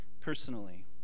personally